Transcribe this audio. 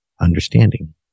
understanding